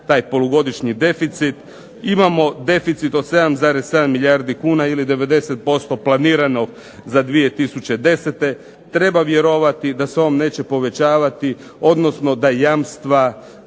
taj polugodišnji deficit. Imamo deficit od 7,7 milijarde kuna ili 90% planiranog za 2010. treba vjerovati da se on neće povećavati, odnosno da jamstva